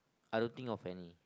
I don't think of any